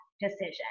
decision